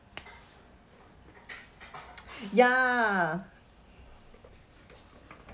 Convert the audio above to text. ya